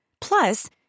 Plus